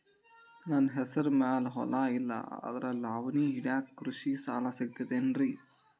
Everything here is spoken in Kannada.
ನನ್ನ ಹೆಸರು ಮ್ಯಾಲೆ ಹೊಲಾ ಇಲ್ಲ ಆದ್ರ ಲಾವಣಿ ಹಿಡಿಯಾಕ್ ಕೃಷಿ ಸಾಲಾ ಸಿಗತೈತಿ ಏನ್ರಿ?